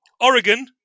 Oregon